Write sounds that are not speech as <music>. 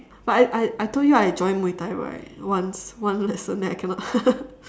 but I I I told you I joined muay-thai right once one lesson then I cannot <laughs>